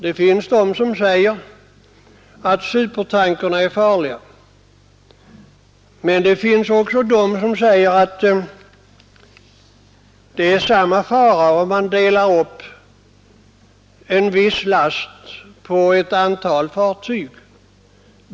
Det finns personer som säger att supertankerna är farliga medan andra menar att det är samma fara, om man delar upp en viss last på ett antal fartyg.